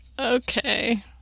Okay